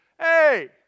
hey